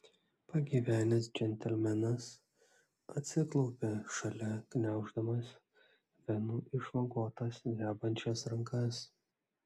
pagyvenęs džentelmenas atsiklaupė šalia gniauždamas venų išvagotas drebančias rankas